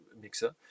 mixer